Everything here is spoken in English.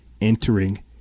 entering